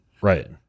right